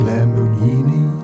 Lamborghini